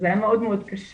זה היה מאוד מאוד קשה.